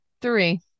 Three